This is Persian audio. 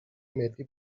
ملی